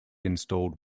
installed